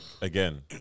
again